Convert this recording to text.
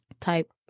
type